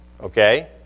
okay